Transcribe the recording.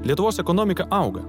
lietuvos ekonomika auga